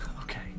Okay